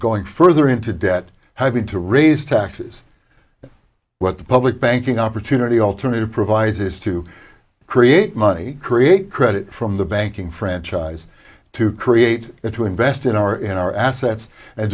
going further into debt having to raise taxes what the public banking opportunity alternative provides is to create money create credit from the banking franchise to create it to invest in our in our assets and